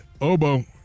Obo